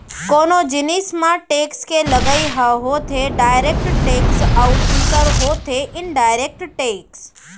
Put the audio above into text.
कोनो जिनिस म टेक्स के लगई ह होथे डायरेक्ट टेक्स अउ दूसर होथे इनडायरेक्ट टेक्स